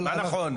מה נכון?